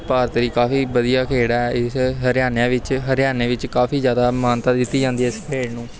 ਭਾਰਤ ਦੀ ਕਾਫ਼ੀ ਵਧੀਆ ਖੇਡ ਹੈ ਇਸ ਹਰਿਆਣੇ ਵਿੱਚ ਹਰਿਆਣੇ ਵਿੱਚ ਕਾਫ਼ੀ ਜ਼ਿਆਦਾ ਮਾਨਤਾ ਦਿੱਤੀ ਜਾਂਦੀ ਹੈ ਇਸ ਖੇਡ ਨੂੰ